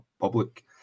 public